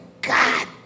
God